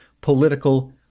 political